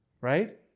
Right